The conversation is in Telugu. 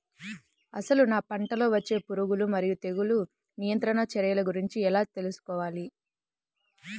అసలు నా పంటలో వచ్చే పురుగులు మరియు తెగులుల నియంత్రణ చర్యల గురించి ఎలా తెలుసుకోవాలి?